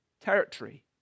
territory